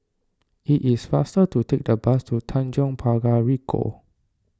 it is faster to take the bus to Tanjong Pagar Ricoh